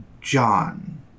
John